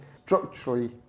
structurally